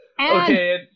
Okay